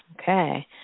Okay